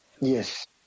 Yes